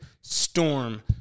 storm